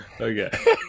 Okay